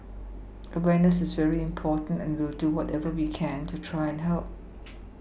awareness is very important and we will do whatever we can to try and help